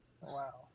Wow